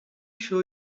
show